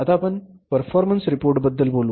आता आपण परफॉर्मन्स रिपोर्ट्सबद्दल बोलू